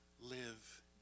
live